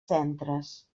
centres